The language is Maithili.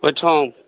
ओहिठाम